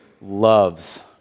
loves